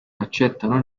accettano